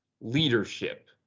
leadership